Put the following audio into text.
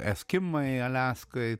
eskimai aliaskoj